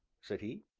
said he.